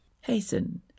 hasten